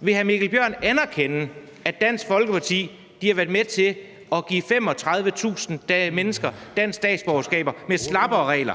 Vil hr. Mikkel Bjørn anerkende, at Dansk Folkeparti har været med til at give 35.000 mennesker dansk statsborgerskab med slappere regler?